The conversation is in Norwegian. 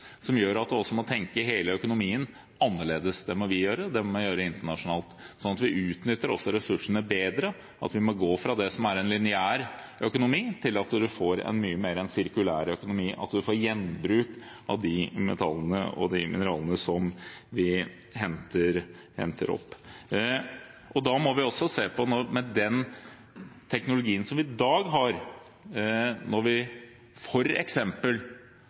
som gjør at vi må tenke hele økonomien annerledes. Det må vi gjøre, og det må vi gjøre internasjonalt, slik at vi utnytter ressursene bedre. Vi må gå fra en lineær økonomi til en mer sirkulær økonomi, der vi får gjenbruk av de metallene og mineralene som vi henter opp. Da må vi også se på den teknologien vi i dag har. Hvis regjeringen f.eks. går hele veien og gir oss en utslippstillatelse – nå ligger det et forslag til Stortinget om at vi